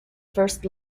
first